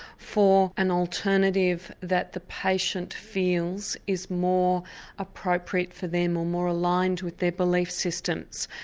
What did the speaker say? for an alternative that the patient feels is more appropriate for them, or more aligned with their belief systems.